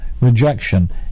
rejection